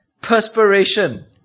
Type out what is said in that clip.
perspiration